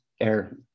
air